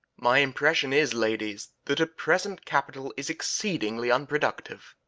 my impression is, ladies, that at present capital is exceedingly unproductive.